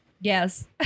yes